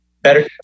better